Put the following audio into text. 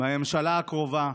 מהממשלה הקרובה: